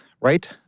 right